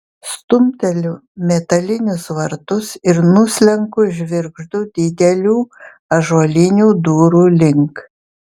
stumteliu metalinius vartus ir nuslenku žvirgždu didelių ąžuolinių durų link